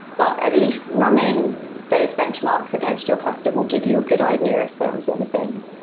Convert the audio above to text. but at least running those benchmarks against your cluster will give you a good idea if there's anything